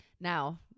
now